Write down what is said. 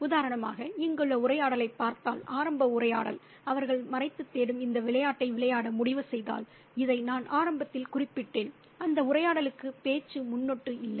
உதாரணமாக இங்குள்ள உரையாடலைப் பார்த்தால் ஆரம்ப உரையாடல் அவர்கள் மறைத்து தேடும் இந்த விளையாட்டை விளையாட முடிவு செய்தால் இதை நான் ஆரம்பத்தில் குறிப்பிட்டேன் அந்த உரையாடலுக்கு பேச்சு முன்னொட்டு இல்லை